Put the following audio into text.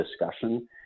discussion